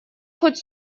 хоть